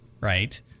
right